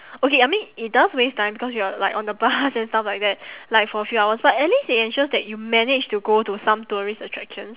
okay I mean it does waste time because you're like on the bus and stuff like that like for a few hours but at least it ensures that you manage to go to some tourist attractions